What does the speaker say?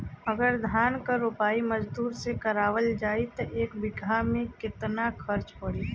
अगर धान क रोपाई मजदूर से करावल जाई त एक बिघा में कितना खर्च पड़ी?